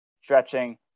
stretching